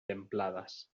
templadas